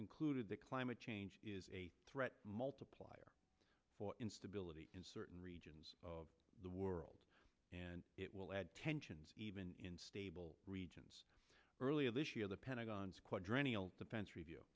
concluded that climate change is a threat multiplier for instability in certain regions of the world and it will add tensions even in stable regions earlier this year the pentagon's